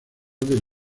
del